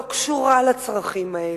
לא קשורה לצרכים האלה,